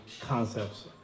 concepts